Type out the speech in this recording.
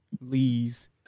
Lee's